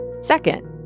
Second